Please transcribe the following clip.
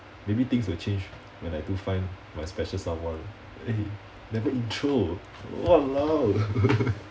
maybe things will change when I do find my special someone eh never intro !walao!